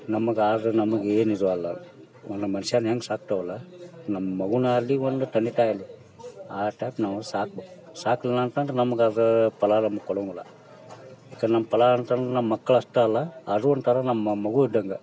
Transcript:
ನಮ್ಗೆ ಆದ್ರೆ ನಮ್ಗೆ ಏನು ಇದು ಅಲ್ಲ ಒಂದು ಮನ್ಷ್ಯನ್ನು ಹೆಂಗೆ ಸಾಕ್ತೇವಲ್ವ ನಮ್ಮ ಮಗುನೇ ಆಗ್ಲಿ ಒಂದು ತಂದೆ ತಾಯಿ ಆಗ್ಲಿ ಆ ಟೈಪ್ ನಾವು ಸಾಕ್ಬೇಕ್ ಸಾಕಲಿಲ್ಲ ಅಂತಂದ್ರೆ ನಮ್ಗೆ ಅದು ಫಲ ನಮ್ಗೆ ಕೊಡಂಗಿಲ್ಲ ಯಾಕಂದ್ರೆ ನಮ್ಮ ಫಲ ಅಂತಂದು ನಮ್ಮ ಮಕ್ಳು ಅಷ್ಟೇ ಅಲ್ಲ ಅದೂ ಒಂಥರ ನಮ್ಮ ಮಗು ಇದ್ದಂಗೆ